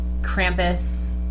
Krampus